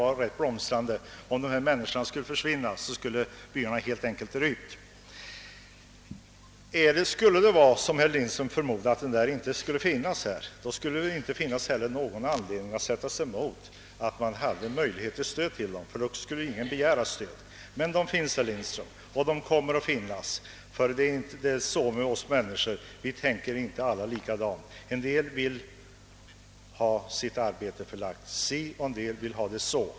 Jag är övertygad om att om de skulle försvinna så skulle byarna, som tidigare varit blomstrande, helt enkelt dö ut. Vore det som herr Lindström förmodade så, att dessa människor inte funnes, skulle det heller inte finnas någon anledning för herr Lindström att sätta sig emot en möjlighet till stöd för dem — då skulle ju ingen komma att begära ett sådant stöd. Men de finns, herr Lindström, och de kommer att finnas. Det är nämligen så med oss människor att vi inte alla tänker likadant; en del vill ha sitt arbete si och en del så.